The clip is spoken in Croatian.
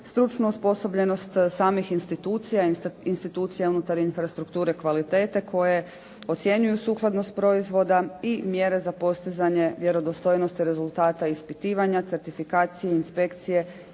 stručnu osposobljenost samih institucija, institucija unutar infrastrukture kvalitete koje ocjenjuju sukladnost proizvoda i mjere za postizanje vjerodostojnosti rezultata ispitivanja, certifikacije, inspekcije